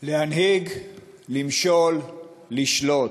להנהיג, למשול, לשלוט.